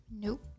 nope